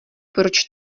proč